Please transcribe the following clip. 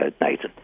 Nathan